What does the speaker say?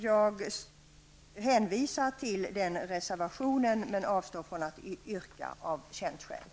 Jag hänvisar till denna reservation, men av känt skäl avstår jag från att yrka bifall.